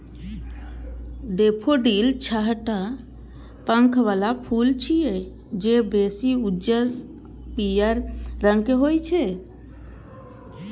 daffodil छह टा पंख बला फूल छियै, जे बेसी उज्जर आ पीयर रंग के होइ छै